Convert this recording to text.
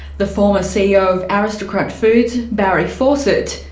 the former ceo of aristocrat foods, barry fawcett,